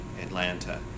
Atlanta